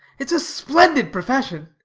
it's a splendid profession,